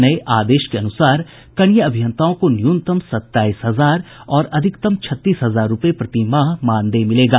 नये आदेश के अनुसार कनीय अभियंताओं को न्यूनतम सत्ताईस हजार और अधिकतम छत्तीस हजार रूपये प्रति माह मानदेय मिलेगा